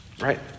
Right